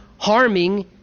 harming